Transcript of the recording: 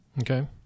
okay